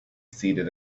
seated